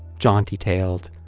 jaunty-tailed,